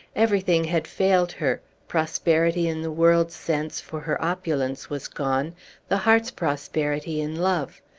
everything had failed her prosperity in the world's sense, for her opulence was gone the heart's prosperity, in love.